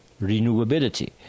renewability